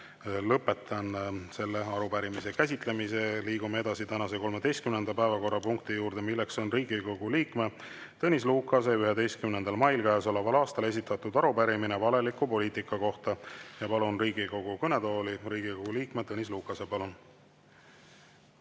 lõpetan selle arupärimise käsitlemise. Liigume tänase 13. päevakorrapunkti juurde, milleks on Riigikogu liikme Tõnis Lukase 11. mail käesoleval aastal esitatud arupärimine valeliku poliitika kohta. Palun Riigikogu kõnetooli Riigikogu liikme Tõnis Lukase. Palun!